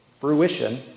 fruition